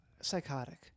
psychotic